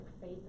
faith